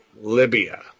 Libya